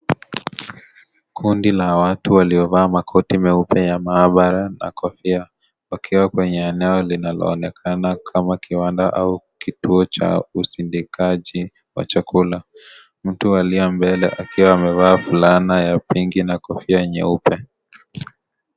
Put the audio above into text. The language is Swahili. Kundi la watu waliovaa makoti meupe ya maabara na kofia, wakiwa kwenye eneo linaloonekana kama kiwanda au kituo cha usindikaji wa chakula. Mtu aliye mbele akiwa amevaa fulana ya pink na kofia nyeupe.